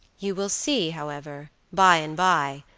you will see, however, by-and-by,